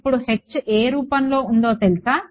ఇప్పుడు H ఏ రూపంలో ఉందో తెలుసా